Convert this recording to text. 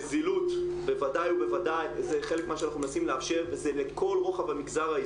אפצה 30% מהנזקים שנעשו בחודש האחרון